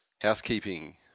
Housekeeping